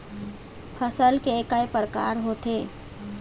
फसल के कय प्रकार होथे?